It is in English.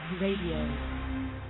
Radio